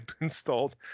installed